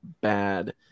bad